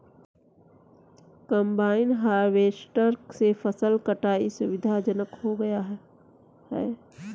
combine harvester से फसल कटाई सुविधाजनक हो गया है